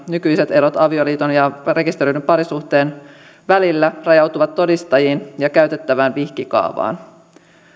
nykyiset erot avioliiton ja rekisteröidyn parisuhteen välillä rajautuvat todistajiin ja käytettävään vihkikaavaan